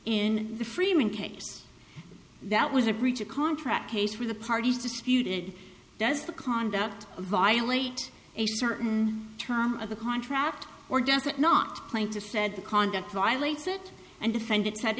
in the freeman case that was a breach of contract case where the parties disputed does the conduct violate a certain terms of the contract or does it not plaintiff said the conduct violates it and defend it said